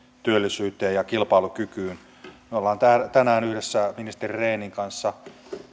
työllisyyteen ja kilpailukykyyn me olemme tänään yhdessä ministeri rehnin kanssa